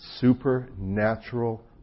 supernatural